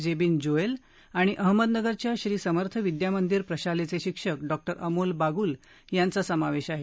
Jebin Joel आणि अहमदनगरच्या श्री समर्थ विद्यामंदीर प्रशालेचे शिक्षक डॉ अमोल बागूल यांचा समावेश आहे